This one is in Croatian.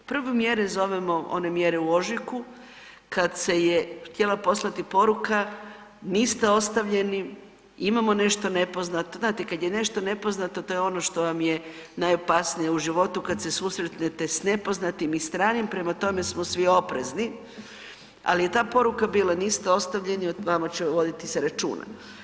Prve mjere zovemo one mjere u ožujku kada se je htjela poslati poruka niste ostavljeni, imamo nešto nepoznato, znate kada je nešto nepoznato to vam je ono što je najopasnije u životu kada se susretnete s nepoznatim i stranim, prema tome smo svi oprezni, ali ta poruka je bila niste ostavljeni, o vama će se voditi računa.